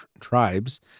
tribes